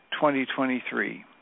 2023